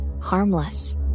harmless